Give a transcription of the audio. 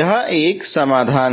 एक समाधान है